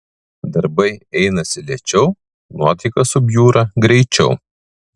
darbai einasi lėčiau nuotaika subjūra greičiau